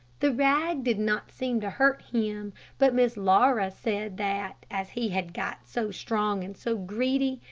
the rag did not seem to hurt him but miss laura said that, as he had got so strong and so greedy,